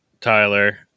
Tyler